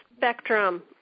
spectrum